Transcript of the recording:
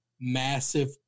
massive